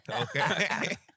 Okay